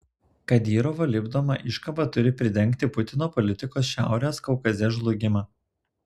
kadyrovo lipdoma iškaba turi pridengti putino politikos šiaurės kaukaze žlugimą